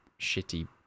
shitty